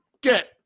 get